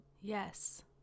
Yes